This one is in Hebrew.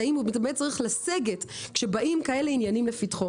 האם הוא באמת צריך לסגת כשבאים כאלה עניינים לפתחו?